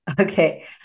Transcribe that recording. Okay